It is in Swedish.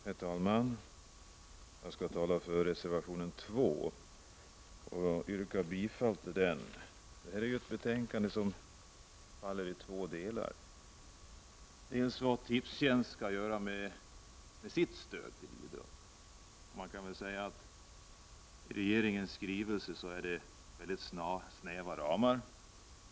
Herr talman! Jag skall tala för reservationen 2, och jag yrkar bifall till den. Det här betänkandet innehåller två delar. Det gäller bl.a. vad Tipstjänst skall göra med sitt stöd till idrotten. I regeringens skrivelse ges det snäva ramar.